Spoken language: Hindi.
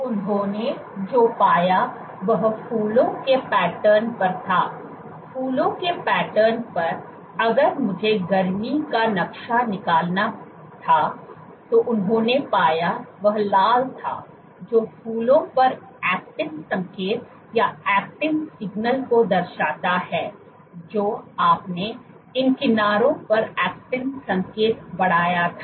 उन्होंने जो पाया वह फूलों के पैटर्न पर था फूलों के पैटर्न पर अगर मुझे गर्मी का नक्शा निकालना था तो उन्होंने पाया वह लाल था जो फूलों पर एक्टिन संकेत को दर्शाता है जो आपने इन किनारों पर एक्टिन संकेत बढ़ाया था